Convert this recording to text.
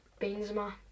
Benzema